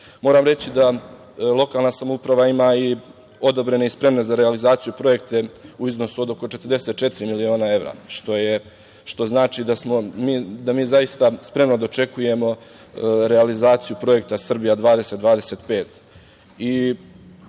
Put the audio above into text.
grada. Moram reći da lokalna samouprava ima i odobrene i spremne za realizaciju projekte u iznosu od oko 44 miliona evra, što znači da mi zaista spremno dočekujemo realizaciju projekta „Srbija 2025“.Za